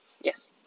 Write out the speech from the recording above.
Yes